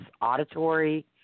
auditory